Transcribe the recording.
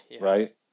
right